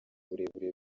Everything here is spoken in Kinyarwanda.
uburebure